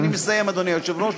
אני מסיים, אדוני היושב-ראש.